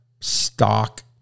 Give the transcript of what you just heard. stock